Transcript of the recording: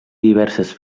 diverses